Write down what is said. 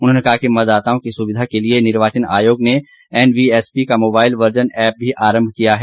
उन्होंने कहा कि मतदाताओं की सुविधा के लिए निर्वाचन आयोग ने एनवीएसपी का मोबाइल वर्जन ऐप भी आरंभ किया है